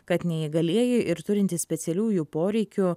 kad neįgalieji ir turintys specialiųjų poreikių